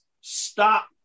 stop